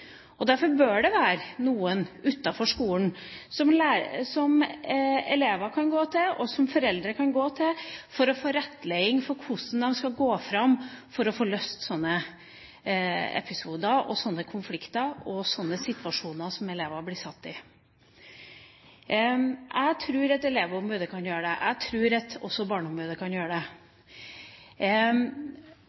gjøres. Derfor bør det være noen utenfor skolen som elever kan gå til, og som foreldre kan gå til for å få rettleiing i hvordan de skal gå fram for å få løst slike episoder, slike konflikter og slike situasjoner som elever blir satt i. Jeg tror at elevombudet kan gjøre det. Jeg tror også at barneombudet kan gjøre det.